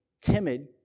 timid